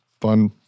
Fun